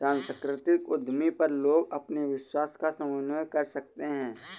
सांस्कृतिक उद्यमी पर लोग अपने विश्वासों का समन्वय कर सकते है